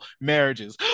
marriages